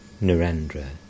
Narendra